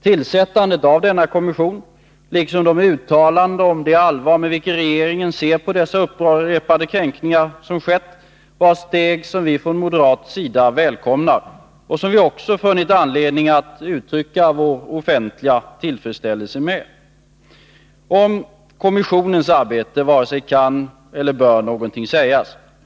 Tillsättandet av denna kommission liksom uttalandena om det allvar med vilket regeringen ser på dessa upprepade kränkningar var steg som vi från moderat sida välkomnar och som vi också funnit anledning att offentligt uttrycka vår tillfredsställelse med. 7n Om kommissionens arbete varken kan eller bör någonting sägas.